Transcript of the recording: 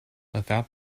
without